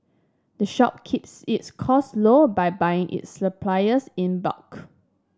the shop keeps its costs low by buying its supplies in bulk